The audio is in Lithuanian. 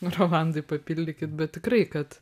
nu rolandai papildykit bet tikrai kad